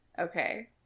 Okay